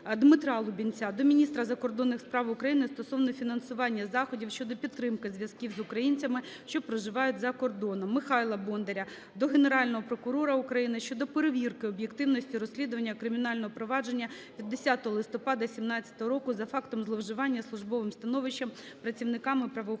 Дмитра Лубінця до міністра закордонних справ України стосовно фінансування заходів щодо підтримки зв'язків з українцями, що проживають за кордоном. Михайла Бондаря до Генерального прокурора України щодо перевірки об'єктивності розслідування кримінального провадження від 10 листопада 2017 року за фактом зловживання службовим становищем працівниками правоохоронних